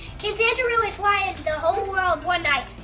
can santa really fly in the whole world one night?